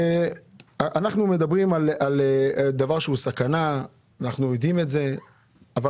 אנחנו מדברים על דבר שהוא סכנה ואנחנו יודעים את זה אבל